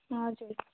हजुर